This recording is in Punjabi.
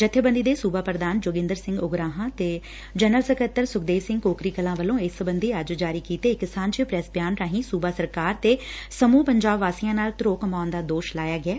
ਜੱਬੇਬੰਦੀ ਦੇ ਸੂਬਾ ਪ੍ਰਧਾਨ ਜੋਗਿੰਦਰ ਸਿੰਘ ਉਗਰਾਹਾਂ ਤੇ ਜਨਰਲ ਸਕੱਤਰ ਸੁਖਦੇਵ ਸਿੰਘ ਕੋਕਰੀ ਕਲਾਂ ਵੱਲੋ ਇਸ ਸਬੰਧੀ ਅੱਜ ਜਾਰੀ ਕੀਤੇ ਇਕ ਸਾਂਝੇ ਪ੍ਰੈਸ ਬਿਆਨ ਰਾਹੀ ਸੂਬਾ ਸਰਕਾਰ ਤੇ ਸਮੂਹ ਪੰਜਾਬ ਵਾਸੀਆਂ ਨਾਲ ਧ੍ਰੋਹ ਕਮਾਉਣ ਦਾ ਦੋਸ਼ ਲਾਇਆ ਗਿਐ